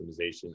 optimization